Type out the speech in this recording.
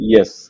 Yes।